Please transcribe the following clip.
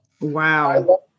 wow